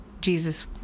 Jesus